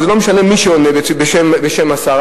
ולא משנה מי עונה בשם השר,